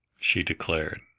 she declared.